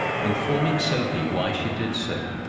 informing sophie why she did so,